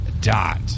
dot